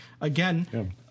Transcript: again